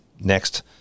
next